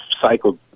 cycled